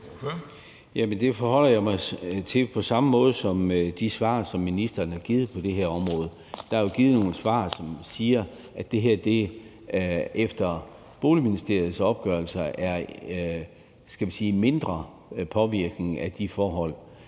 det forholder jeg mig til på samme måde som de svar, som ministeren har givet på det her område; der er jo givet nogle svar, som siger, at det her efter Boligministeriets opgørelser er – skal vi sige – mindre påvirket af de forhold.